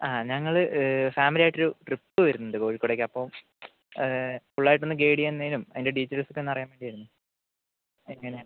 ആ ഞങ്ങൾ ഫാമിലിയായിട്ടൊരു ട്രിപ്പ് വരുന്നുണ്ട് കോഴിക്കോട്ടേക്ക് അപ്പം ഫുള്ളായിട്ട് ഒന്ന് ഗെയ്ഡ് ചെയ്യുന്നതിനും അതിൻ്റെ ഡീറ്റെയിൽസൊക്കെ ഒന്നറിയാൻ വേണ്ടിയായിരുന്നു എങ്ങനെ